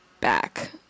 back